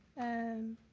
and